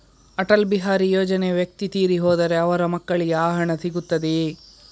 ಅಟಲ್ ಬಿಹಾರಿ ಯೋಜನೆಯ ವ್ಯಕ್ತಿ ತೀರಿ ಹೋದರೆ ಅವರ ಮಕ್ಕಳಿಗೆ ಆ ಹಣ ಸಿಗುತ್ತದೆಯೇ?